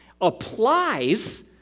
applies